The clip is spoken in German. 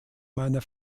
meiner